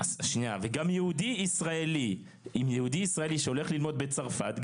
אם יהודי ישראלי שהולך ללמוד בצרפת,